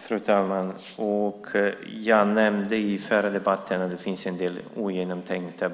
Fru talman! Jag nämnde i den förra debatten att det finns en del ogenomtänkta